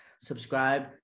subscribe